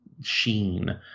sheen